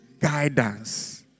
Guidance